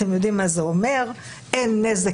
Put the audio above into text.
אתם יודעים מה זה אומר: אין נזק,